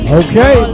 okay